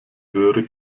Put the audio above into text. höhere